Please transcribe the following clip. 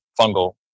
fungal